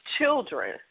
children